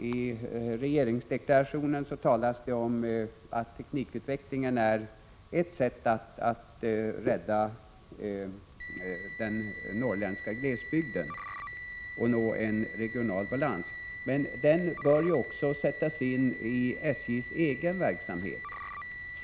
I regeringsdeklarationen talas det om att teknikutvecklingen är ett sätt att rädda den norrländska glesbygden och nå regional balans. Men den bör ju också sättas in i SJ:s egen verksamhet.